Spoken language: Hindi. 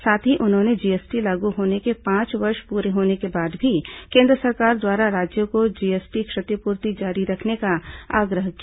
साथ ही उन्होंने जीएसटी लागू होने के पांच वर्ष पूरे होने के बाद भी केन्द्र सरकार द्वारा राज्यों को जीएसटी क्षतिपूर्ति जारी रखने का आग्रह किया